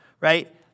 right